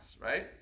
right